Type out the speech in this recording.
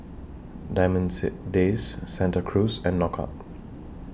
Diamond Days Santa Cruz and Knockout